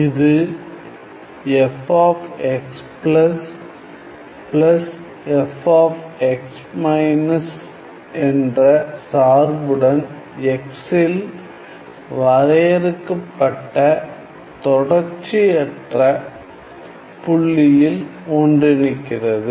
இது fx f என்ற சார்புடன் x ல் வரையறுக்கப்பட்ட தொடர்ச்சியற்ற புள்ளியில் ஒன்றிணைக்கிறது